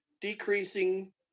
decreasing